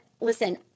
listen